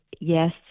yes